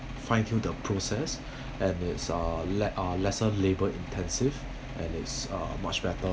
fine tune the process and it's uh let~ uh lesser labour intensive and is uh much better